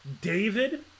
David